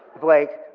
blake,